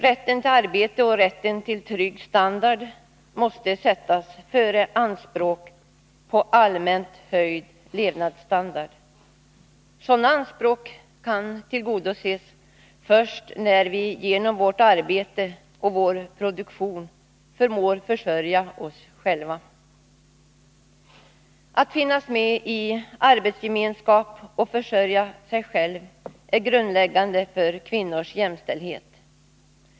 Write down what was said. Rätten till arbete och rätten till trygg standard måste sättas före anspråk på allmänt höjd levnadsstandard. Sådana anspråk kan tillgodoses först när vi genom vårt arbete och vår produktion förmår försörja oss själva. Att finnas med i en arbetsgemenskap och försörja sig själv är grundläggande för kvinnors jämställdhet.